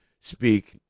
speak